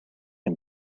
can